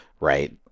right